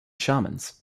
shamans